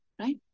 right